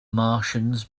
martians